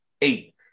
eight